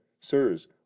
sirs